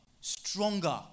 stronger